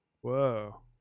Whoa